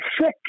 sick